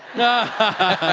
and